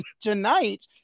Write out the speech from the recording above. tonight